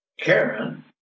Karen